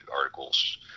articles